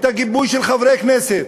את הגיבוי של חברי הכנסת.